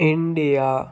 India